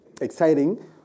exciting